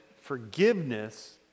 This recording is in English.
forgiveness